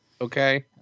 okay